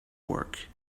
work